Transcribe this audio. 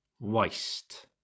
waste